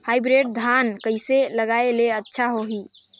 Hybrid धान कइसे लगाय ले अच्छा होही?